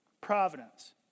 providence